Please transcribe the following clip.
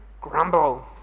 grumble